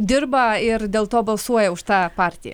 dirba ir dėl to balsuoja už tą partiją